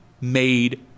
made